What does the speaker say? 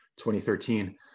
2013